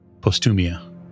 Postumia